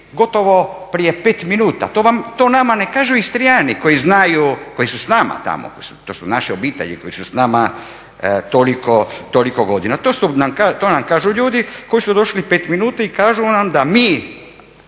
gotovo prije 5 minuta, to nama ne kažu Istrijani koji znaju, koji su s nama, to su naše obitelji, koji su s nama toliko godina. To nam kažu ljudi koji su došli 5 minuta i kažu nam da mi,